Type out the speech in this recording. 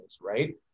Right